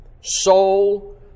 soul